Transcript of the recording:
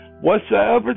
whatsoever